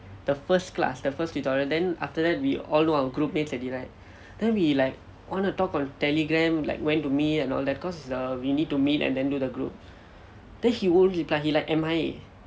the first class the first tutorial then after that we all know our group mate already right then we like want to talk on Telegram like when to meet and all that cause is err we need to meet and then do the group then he won't reply he like M_I_A